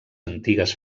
antigues